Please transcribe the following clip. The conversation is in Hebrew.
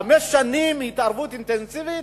חמש שנים התערבות אינטנסיבית,